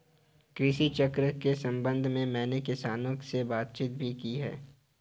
कृषि चक्र के संबंध में मैंने किसानों से बातचीत भी की है